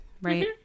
Right